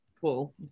Cool